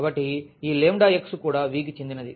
కాబట్టి ఈ x కూడా V కి చెందినది